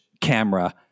camera